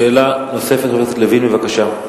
שאלה נוספת לחבר הכנסת לוין, בבקשה.